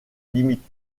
limitent